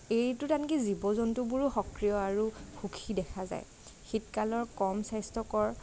এইটোত আনকি জীৱ জন্তুবোৰো সক্ৰিয় আৰু সুখী দেখা যায় শীতকালৰ কম স্বাস্থ্যকৰ